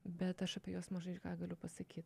bet aš apie juos mažai ką galiu pasakyt